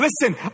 listen